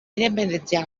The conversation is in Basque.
independentzia